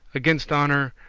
against honour